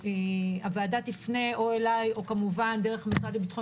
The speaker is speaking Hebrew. הוועדה תפנה או אליי או דרך משרד לביטחון